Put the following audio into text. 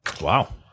Wow